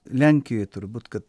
lenkijoj turbūt kad